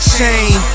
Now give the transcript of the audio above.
chain